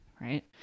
right